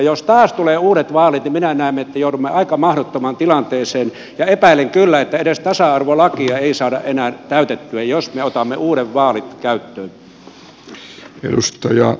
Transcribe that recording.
jos taas tulee uudet vaalit niin minä näen että joudumme aika mahdottomaan tilanteeseen ja epäilen kyllä että edes tasa arvolakia ei saada enää täytettyä jos me otamme uudet vaalit käyttöön